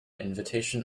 invitation